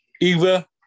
Eva